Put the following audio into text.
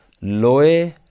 loe